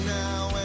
now